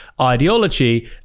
ideology